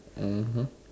mmhmm